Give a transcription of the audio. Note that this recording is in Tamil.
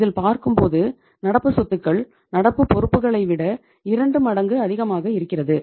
இதில் பார்க்கும்போது நடப்பு சொத்துக்கள் நடப்பு பொறுப்புகளை விட இரண்டு மடங்கு அதிகமாக இருக்கிறது